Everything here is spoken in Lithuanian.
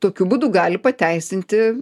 tokiu būdu gali pateisinti